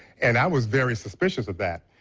and i was very suspicious of that.